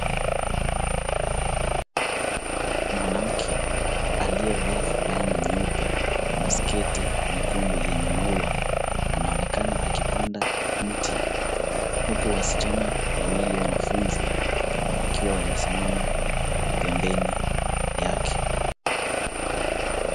Mwanamke aliyevaa fulana nyeupe na sketi nyekundu yenye maua anaonekana akipanda mti huku wasichana wawili wanafunzi wakiwa wamesimama pembeni yake.